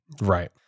Right